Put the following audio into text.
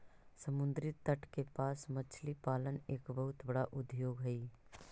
समुद्री तट के पास मछली पालन एक बहुत बड़ा उद्योग हइ